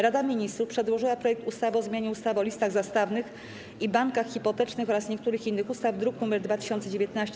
Rada Ministrów przedłożyła projekt ustawy o zmianie ustawy o listach zastawnych i bankach hipotecznych oraz niektórych innych ustaw, druk nr 2019.